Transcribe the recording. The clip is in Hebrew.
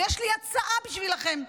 ויש לי הצעה בשבילכם,